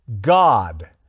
God